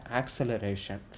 acceleration